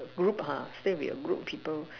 group ha stay with a group of people